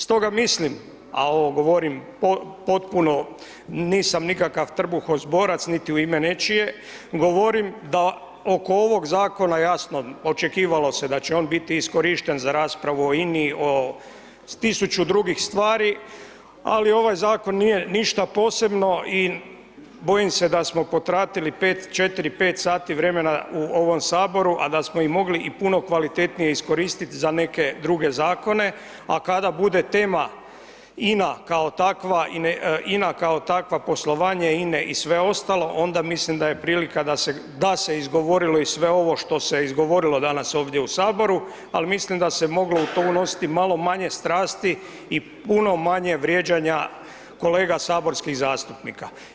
Stoga mislim, a ovo govorim potpuno nisam nikakav trbuhozborac niti u ime nečije, govorim da oko ovog zakona jasno očekivalo se da će on biti iskorištena za raspravu o INI, o 1.000 drugih stvari, ali ovaj zakon nije ništa posebno i bojim se da smo protratili 5, 4, 5 sati vremena u ovom saboru, a da smo i mogli i puno kvalitetnije iskoristit za neke druge zakone, a kada bude tema INA kao takva, INA kao takva, poslovanje INE i sve ostalo onda mislim da je prilika da se izgovorilo i sve ovo što se izgovorilo danas ovdje u saboru, ali mislim da se moglo u to unositi malo manje strasti i puno manje vrijeđanja kolega saborskih zastupnika.